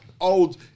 old